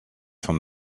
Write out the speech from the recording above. from